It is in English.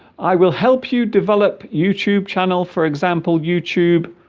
i will help you develop youtube channel for example youtube